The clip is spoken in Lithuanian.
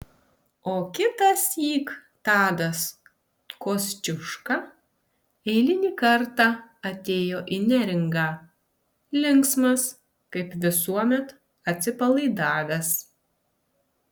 o kitąsyk tadas kosciuška eilinį kartą atėjo į neringą linksmas kaip visuomet atsipalaidavęs